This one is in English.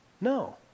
No